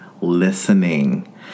listening